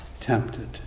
tempted